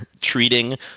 treating